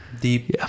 deep